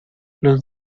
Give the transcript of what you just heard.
los